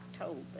October